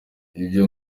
ibyo